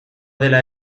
dela